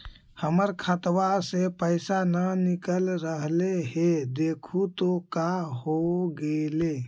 हमर खतवा से पैसा न निकल रहले हे देखु तो का होगेले?